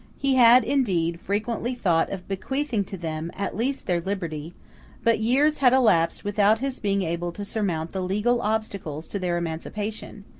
he had indeed frequently thought of bequeathing to them at least their liberty but years had elapsed without his being able to surmount the legal obstacles to their emancipation,